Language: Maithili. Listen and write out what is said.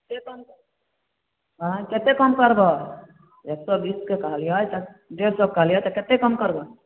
कतेक कम कर आँय कतेक कम करबै एक सए बीसके कहलियै तऽ डेढ़ सएके कहलियै तऽ कतेक कम करबै